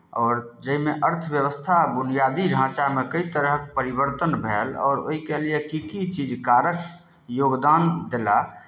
आओर जाहिमे अर्थव्यवस्था बुनियादी ढाँचामे कए तरहक परिवर्तन भेल आओर एहिके लिए की की चीज कारक योगदान देलाह